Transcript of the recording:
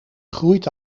groeit